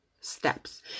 steps